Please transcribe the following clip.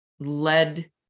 led